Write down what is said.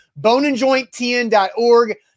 Boneandjointtn.org